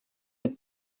mit